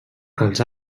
als